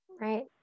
Right